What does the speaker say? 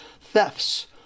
thefts